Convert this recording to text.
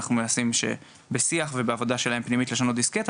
אנחנו מנסים בשיח ובעבודה הפנימית שלהם לשנות דיסקט.